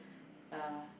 uh